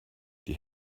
die